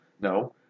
No